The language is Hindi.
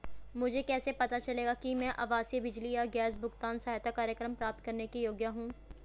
मुझे कैसे पता चलेगा कि मैं आवासीय बिजली या गैस भुगतान सहायता कार्यक्रम प्राप्त करने के योग्य हूँ?